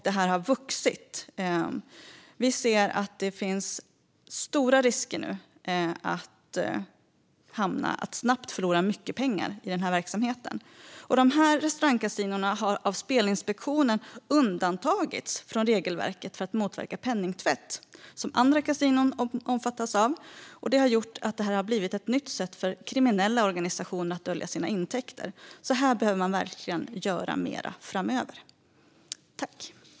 Detta har vuxit, och vi ser att det nu finns stora risker att personer snabbt kan förlora mycket pengar i denna verksamhet. Dessa restaurangkasinon har av Spelinspektionen undantagits från det regelverk för att motverka penningtvätt som andra kasinon omfattas av, vilket har gjort detta till ett nytt sätt för kriminella organisationer att dölja sina intäkter. Här behöver man verkligen göra mer framöver.